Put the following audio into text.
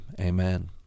amen